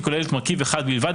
ההצעה כוללת מרכיב אחד בלבד,